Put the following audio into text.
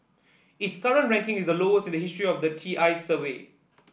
its current ranking is the lowest in the history of TI's survey